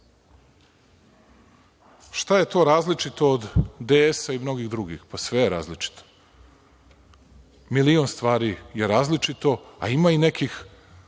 šta je to različito od DS i mnogih drugih? Sve je različito. Milion stvari je različito, a ima i nekih